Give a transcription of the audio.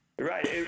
Right